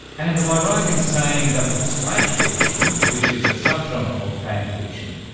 and am i right in saying that with slash fiction, which is a sub-genre of fan fiction,